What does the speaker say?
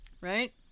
right